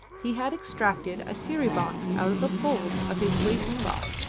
he had extracted a siri-box out of the folds of his waist cloth,